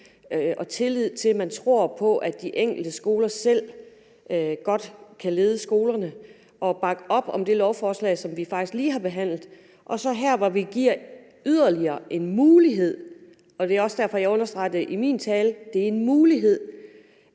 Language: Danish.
og tillid, og at man tror på, at de enkelte skoler selv godt kan lede skolerne, og bakke op om det lovforslag, som vi faktisk lige har behandlet, og at man så her, hvor vi giver en yderligere mulighed, og det var også derfor, jeg understregede i min tale, at det var en mulighed,